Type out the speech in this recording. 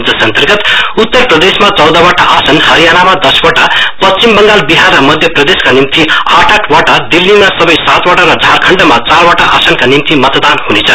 जस अन्तर्गत उत्तर प्रदेशमा चौदहवटा आसन हरियाणामा दसवटा पश्चिम बंगाल बिहार र मध्य प्रदेशका निम्ति आठ आठ वटा दिल्लीमा सबै सातवटा र झारखण्डमा चारवचा आसनका निम्ति मतदान हुनेछ